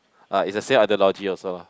ah it's the same ideology also lah